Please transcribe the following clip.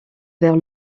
vers